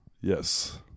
Yes